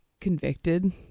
convicted